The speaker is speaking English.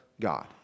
God